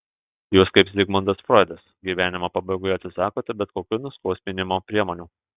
jūs kaip zigmundas froidas gyvenimo pabaigoje atsisakote bet kokių nuskausminimo priemonių